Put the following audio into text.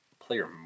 player